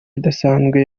idasanzwe